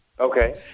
Okay